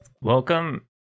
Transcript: Welcome